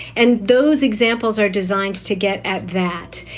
and those examples are designed to get at that.